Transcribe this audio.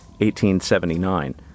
1879